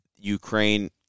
Ukraine